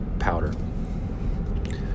powder